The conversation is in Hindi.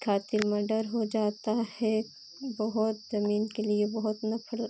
ख़ातिर मडर हो जाता है बहुत ज़मीन के लिए बहुत नफरत